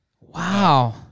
Wow